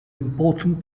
important